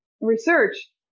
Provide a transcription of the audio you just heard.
research